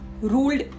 ruled